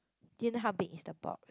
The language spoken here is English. didn't help it is the prop